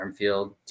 Armfield